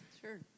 Sure